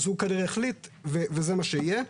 אז הוא כנראה החליט וזה מה שיהיה.